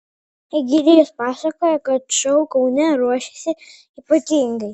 egidijus pasakoja kad šou kaune ruošiasi ypatingai